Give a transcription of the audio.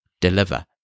deliver